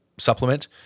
supplement